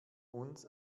uns